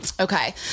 Okay